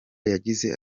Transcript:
yagize